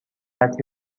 علت